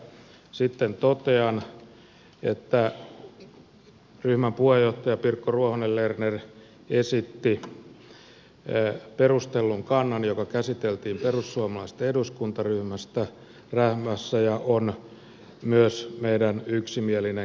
sitten totean että ryhmän puheenjohtaja pirkko ruohonen lerner esitti perustellun kannan joka käsiteltiin perussuomalaisten eduskuntaryhmässä ja on myös meidän yksimielinen kantamme tähän